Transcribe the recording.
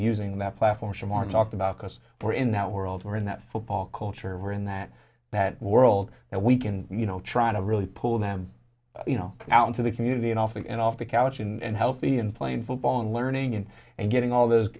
using that platform from our talked about because we're in that world we're in that football culture we're in that that world that we can you know try to really pull them you know out into the community and off and off the couch and healthy and playing football and learning and and getting all those